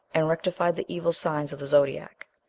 and rectified the evil signs of the zodiac.